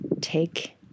take